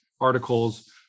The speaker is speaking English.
articles